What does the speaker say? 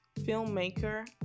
filmmaker